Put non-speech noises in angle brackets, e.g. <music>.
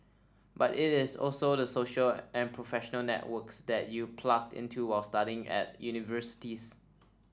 but it is also the social and professional networks that you plug into while studying at universities <noise>